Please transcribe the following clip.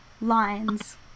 lines